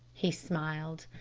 he smiled.